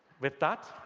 with that.